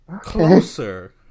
Closer